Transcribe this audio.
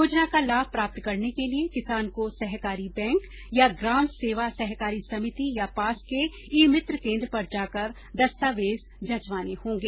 योजना का लाभ प्राप्त करने के लिए किसान को सहकारी बैंक या ग्राम सेवा सहकारी संमिति या पास के ई मित्र केन्द्र पर जाकर दस्तावेज जंचवाने होंगे